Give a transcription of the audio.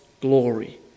glory